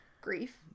grief